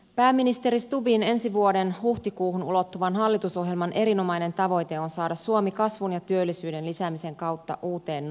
pääministeri stubbin ensi vuoden huhtikuuhun ulottuvan hallitusohjelman erinomainen tavoite on saada suomi kasvun ja työllisyyden lisäämisen kautta uuteen nousuun